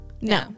no